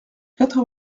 quatre